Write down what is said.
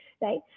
right